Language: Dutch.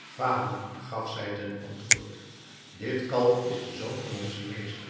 vader gaf zij ten antwoord dit kalf is de zoon van onzen meester